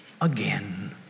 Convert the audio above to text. again